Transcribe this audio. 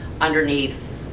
underneath